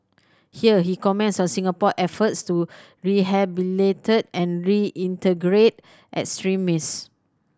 here he comments on Singapore efforts to rehabilitate and reintegrate extremists